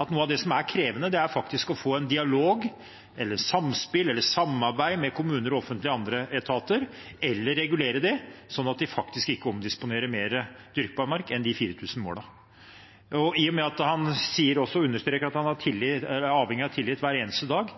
at noe av det som er krevende, faktisk er å få en dialog – eller samspill, eller samarbeid – med kommuner og andre offentlige etater, eller å regulere dem, slik at de faktisk ikke omdisponerer mer dyrkbar mark enn de 4 000 målene. I og med at han også understreker at han er avhengig av tillit